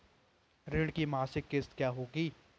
ऋण की मासिक किश्त क्या होगी?